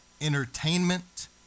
entertainment